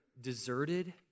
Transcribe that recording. deserted